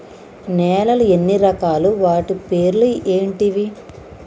నేలలు ఎన్ని రకాలు? వాటి పేర్లు ఏంటివి?